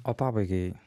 o pabaigai